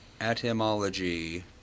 Etymology